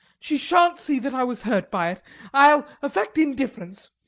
she shan't see that i was hurt by it i'll affect indifference